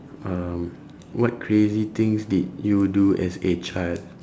um what crazy things did you do as a child